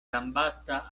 gambata